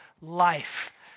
life